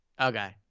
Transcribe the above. Okay